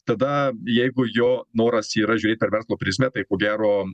tada jeigu jo noras yra žiūrėt per verslo prizmę tai ko gero